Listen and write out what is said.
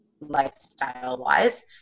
lifestyle-wise